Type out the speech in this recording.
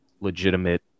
Legitimate